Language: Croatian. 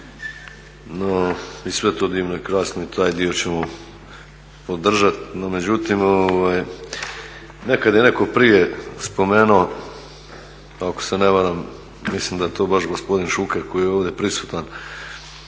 je to divno i krasno i taj dio ćemo podržat, no međutim nekad je netko prije spomenuo ako se ne varam mislim da je to baš gospodin Šuker koji je ovdje prisutan,